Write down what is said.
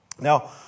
Now